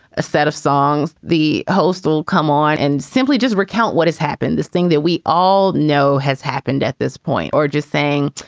a set of songs, the host will come on and simply just recount what has happened. this thing that we all know has happened at this point or just saying,